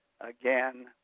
again